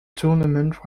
tournament